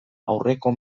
aurreko